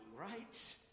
right